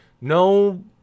no